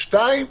שתיים,